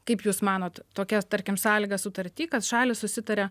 kaip jūs manot tokia tarkim sąlyga sutarty kad šalys susitaria